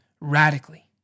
radically